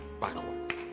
backwards